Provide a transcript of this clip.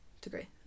degree